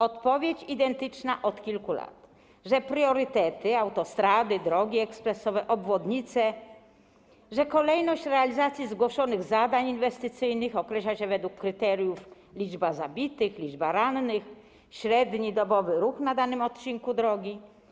Odpowiedź identyczna od kilku lat: że priorytety, autostrady, drogi ekspresowe, obwodnice, że kolejność realizacji zgłoszonych zadań inwestycyjnych określa się według kryteriów: liczba zabitych, liczba rannych, średni dobowy ruch na danym odcinku drogi.